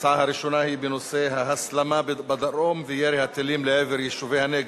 הנושא הראשון: ההסלמה בדרום וירי הטילים לעבר יישובי הנגב,